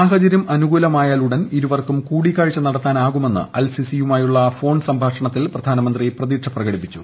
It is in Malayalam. സാഹചര്യം അനുകൂലമായാലൂടൻ ഇരുവർക്കും കൂടിക്കാഴ്ച നടത്താനാകുമെന്ന് അൽ സിസിയുമായുള്ളൂ ഫോൺ സംഭാഷണത്തിൽ പ്രധാനമന്ത്രി പ്രതീക്ഷ പ്രകടിപ്പിച്ചു